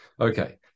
Okay